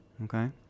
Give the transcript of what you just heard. Okay